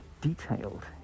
detailed